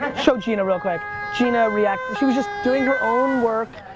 but show gina real quick, gina react she was just doing her own work.